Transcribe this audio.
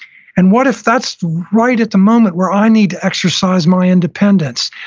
and what if that's right at the moment where i need to exercise my independence?